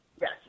Yes